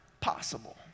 possible